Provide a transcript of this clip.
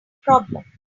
problem